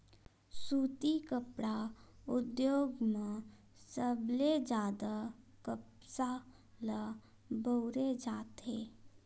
सुती कपड़ा उद्योग म सबले जादा कपसा ल बउरे जाथे